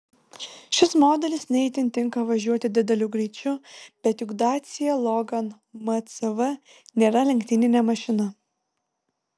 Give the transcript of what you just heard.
šis modelis ne itin tinka važiuoti dideliu greičiu bet juk dacia logan mcv nėra lenktyninė mašina